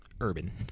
urban